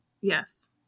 Yes